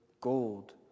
gold